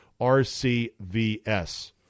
RCVS